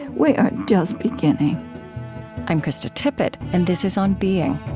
we are just beginning i'm krista tippett and this is on being